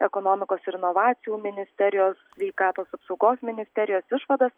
ekonomikos ir inovacijų ministerijos sveikatos apsaugos ministerijos išvadas